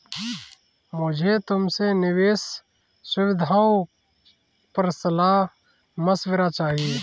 मुझे तुमसे निवेश सुविधाओं पर सलाह मशविरा चाहिए